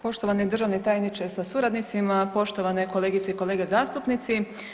Poštovani državni tajniče sa suradnicima, poštovane kolegice i kolege zastupnici.